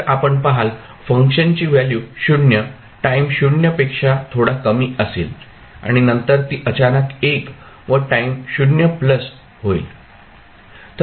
जर आपण पहाल फंक्शनची व्हॅल्यू 0 टाईम 0 पेक्षा थोडा कमी असेल आणि नंतर ती अचानक 1 व टाईम 0 होईल